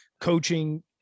coaching